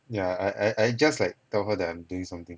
yeah I I I just like tell her that I'm doing something